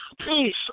Peace